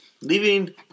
Leaving